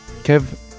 Kev